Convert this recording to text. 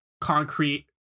concrete